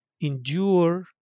endure